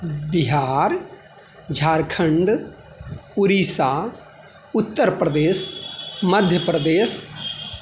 Bihar Jharkhand Orissa Uttar Pradesh Madhya Pradesh